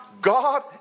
God